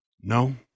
No